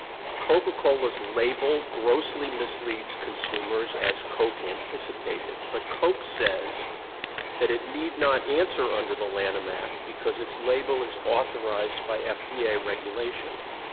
coca-cola's label grossly misleads customers, as coke anticipated, but coke says that it need not answer under the lanham act because its label is authorized by fda regulations.